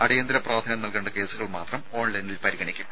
അടിയന്തര പ്രധാന്യം നൽകേണ്ട കേസുകൾ മാത്രം ഓൺലൈനിൽ പരിഗണിയ്ക്കും